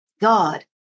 God